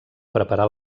preparar